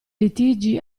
litigi